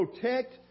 protect